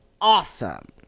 awesome